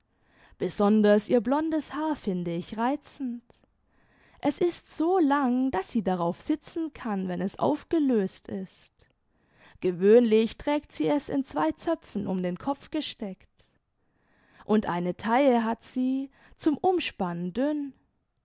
besonders ihr blondes haar finde ich reizend es ist so lang daß sie darauf sitzen kann wenn es aufgelöst ist gewöhnlich trägt sie es in zwei zöpfen um den kopf gesteckt und eine taille hat sie zum umspannen